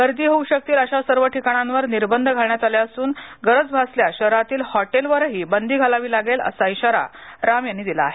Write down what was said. गर्दी होऊ शकतील अशा सर्व ठिकाणावर निर्बंध घालण्यात आले असून गरज भासल्यास शहरातील हॉटेलवरही बंदी घालावी लागेल असा श्रारा राम दिला आहे